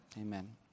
Amen